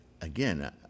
again